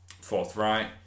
forthright